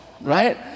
right